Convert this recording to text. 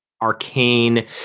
arcane